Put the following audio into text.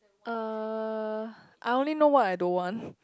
uh I only know what I don't want